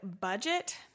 budget